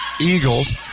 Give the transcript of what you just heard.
Eagles